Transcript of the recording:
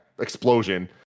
explosion